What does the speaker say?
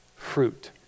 Fruit